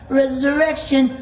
resurrection